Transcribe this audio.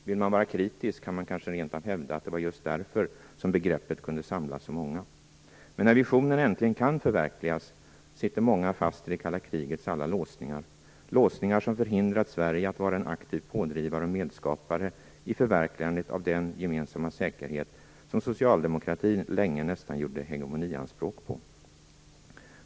Vill man vara kritisk kan man kanske rent av hävda att det var just därför som begreppet kunde samla så många. Men när visionen äntligen kan förverkligas sitter många fast i det kalla krigets alla låsningar. Det är låsningar som förhindrat Sverige att vara en aktiv pådrivare och medskapare i förverkligandet av den gemensamma säkerhet som socialdemokratin länge nästan gjorde hegemonianspråk på.